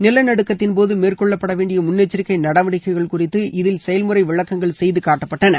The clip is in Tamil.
மிலநடுக்கத்தின்போது மேற்கொள்ளப்படவேண்டிய முன்னெச்சரிக்கை நடவடிக்கைகள் குறித்து இதில் செயல்முறை விளக்கங்கள் செய்து காட்டப்பட்டன